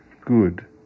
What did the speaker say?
Good